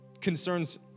concerns